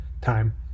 time